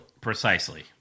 Precisely